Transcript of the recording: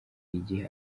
igihe